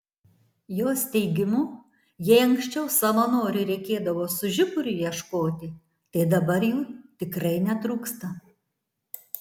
jos teigimu jei anksčiau savanorių reikėdavo su žiburiu ieškoti tai dabar jų tikrai netrūksta